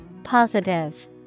Positive